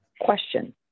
question